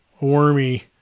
wormy